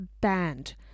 banned